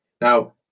Now